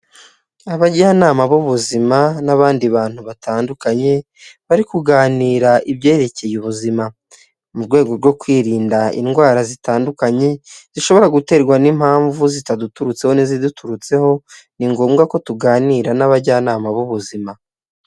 Abajyanama b'ubuzima n'abandi bantu batandukanye, bari kuganira ibyerekeye ubuzima, mu rwego rwo kwirinda indwara zitandukanye zishobora guterwa n'impamvu zitaduturutse n'iziduturutseho, ni ngombwa ko tuganira n'abajyanama b'ubuzima.